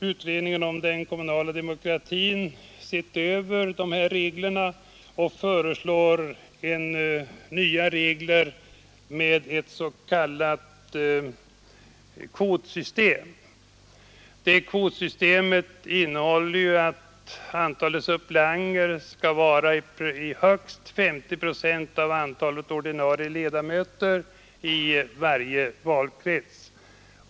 Utredningen om den kommunala demokratin har sett över reglerna och föreslår nya sådana med ett s.k. kvotsystem. Det systemet innebär att antalet suppleanter skall vara högst 50 procent av antalet ordinarie ledamöter i varje valkrets.